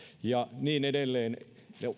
ja niin edelleen